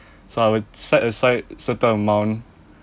so I would set aside certain amount